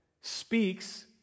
speaks